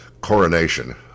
coronation